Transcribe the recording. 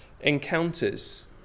encounters